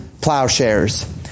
plowshares